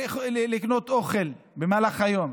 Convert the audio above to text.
לקנות אוכל במהלך היום.